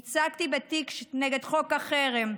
ייצגתי בתיק נגד חוק החרם,